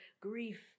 grief